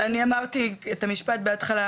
אני אמרתי את המשפט בהתחלה,